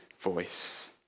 voice